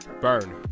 Burn